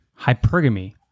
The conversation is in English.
hypergamy